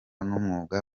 n’umwuga